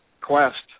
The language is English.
quest